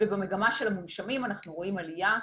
במגמה של המונשמים אנחנו רואים עלייה,